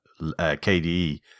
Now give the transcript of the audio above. KDE